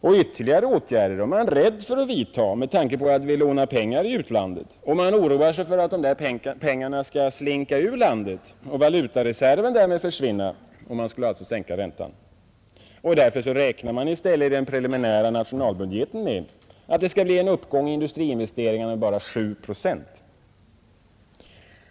Men ytterligare åtgärder är man rädd för att vidta med tanke på att om vi lånar pengar i utlandet skall man oroa sig för att dessa pengar skall slinka ur landet och valutareserven därmed försvinna om vi skulle sänka räntan. I den preliminära nationalbudgeten räknar man därför i stället med att det skall bli en uppgång i industriinvesteringarna med bara 7 procent.